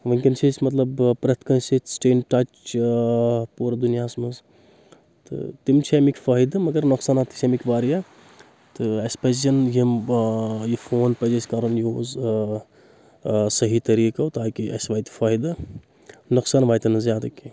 وٕنکیٚن چھِ أسۍ مطلب پرؠتھ کٲنٛسہِ ییٚتہِ سٹین ٹچ پوٗرٕ دُنیاہَس منٛز تہٕ تِم چھِ امِکۍ فٲیدٕ مگر نۄقصانات تہِ چھِ امِکۍ واریاہ تہٕ اَسہِ پَزن یِم یہِ فون پَزِ اَسہِ کرُن یوٗز صحیح طٔریٖقو تاکہِ اَسہِ واتہِ فٲیدٕ نۄقصان واتن نہٕ زیادٕ کینٛہہ